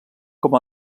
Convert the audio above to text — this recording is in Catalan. com